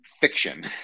fiction